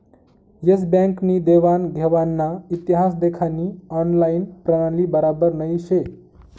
S Bank नी देवान घेवानना इतिहास देखानी ऑनलाईन प्रणाली बराबर नही शे